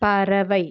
பறவை